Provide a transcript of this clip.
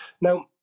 Now